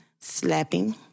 slapping